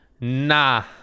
Nah